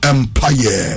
Empire